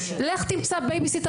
לך תמצא בייביסיטר.